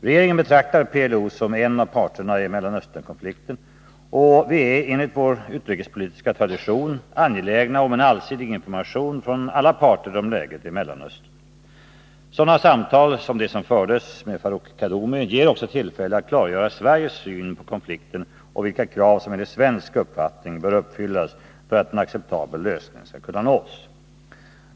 Regeringen betraktar PLO som en av parterna i Mellanösternkonflikten, och vi är enligt vår utrikespolitiska tradition angelägna om en allsidig information från alla parter om läget i Mellanöstern. Sådana samtal som det som fördes med Farouk Kaddoumi ger också tillfälle att klargöra Sveriges syn på konflikten och vilka krav som enligt svensk uppfattning bör uppfyllas för att en acceptabel lösning skall kunna nås.